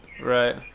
Right